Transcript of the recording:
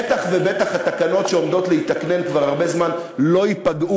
בטח ובטח התקנות שעומדות להיתקן כבר הרבה זמן לא ייפגעו,